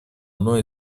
одно